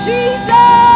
Jesus